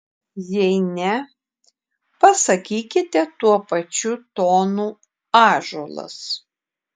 jei ne pasakykite tuo pačiu tonu ąžuolas